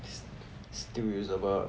it's it's still usable